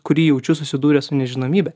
kurį jaučiu susidūręs su nežinomybe